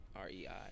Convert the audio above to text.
R-E-I